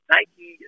Nike